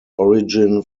origin